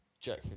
jack